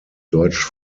deutsch